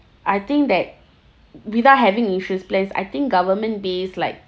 I think that without having insurance plans I think government based like